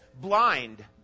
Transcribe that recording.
blind